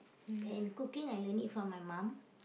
and cooking I learn it from my mom